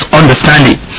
understanding